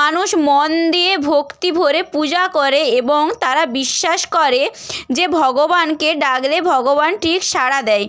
মানুষ মন দিয়ে ভক্তি ভরে পূজা করে এবং তারা বিশ্বাস করে যে ভগবানকে ডাগলে ভগবান ঠিক সাড়া দেয়